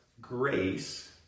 grace